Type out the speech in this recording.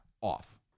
off